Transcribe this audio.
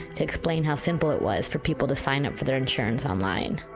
to explain how simple it was for people to sign up for their insurance online.